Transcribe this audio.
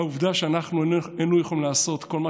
העובדה שאנחנו איננו יכולים לעשות כל מה